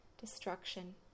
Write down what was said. Destruction